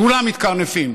כולם מתקרנפים,